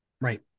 Right